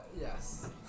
yes